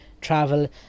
travel